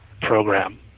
program